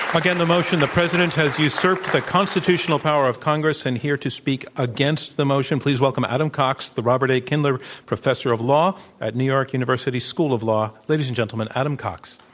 again, the motion, the president has usurped the constitutional power of congress. and here to speak against the motion, please welcome adam cox, the roberter a. kindler professor of law at new york university school of law. ladies and gentlemen, adam cox.